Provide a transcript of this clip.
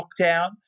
lockdown